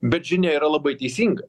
bet žinia yra labai teisinga